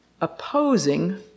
opposing